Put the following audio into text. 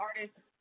artists